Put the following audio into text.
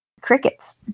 crickets